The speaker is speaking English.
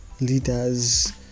leaders